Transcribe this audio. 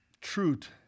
Truth